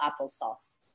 applesauce